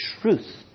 truth